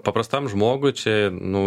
paprastam žmogui čia nu